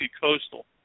Coastal